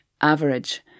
average